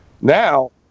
now